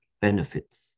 benefits